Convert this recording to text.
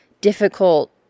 difficult